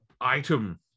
item